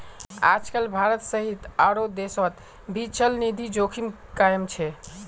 आजकल भारत सहित आरो देशोंत भी चलनिधि जोखिम कायम छे